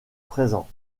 présent